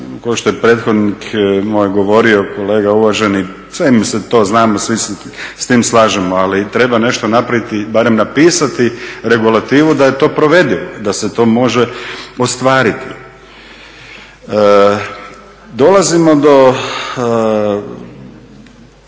kao što je prethodnik moj govorio kolega uvaženi. Sve mi se to znamo, svi se s tim slažemo, ali treba nešto napraviti, barem napisati regulativu da je to provedivo, da se to može ostvariti. Dolazimo do